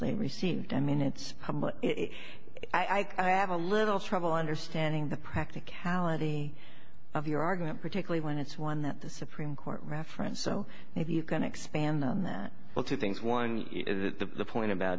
they receive i mean it's i have a little trouble understanding the practicality of your argument particularly when it's one that the supreme court reference so if you can expand on that well two things one point about